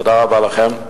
תודה רבה לכם.